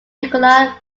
nicola